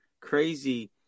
crazy